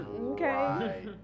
Okay